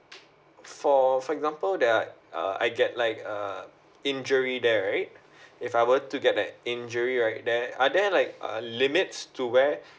for for example there are uh I get like uh injury there right if I were to get back injury right there are there like err limits to where